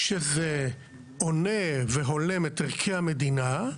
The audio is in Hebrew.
שזה עונה והולם את ערכי המדינה,